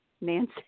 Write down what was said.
Nancy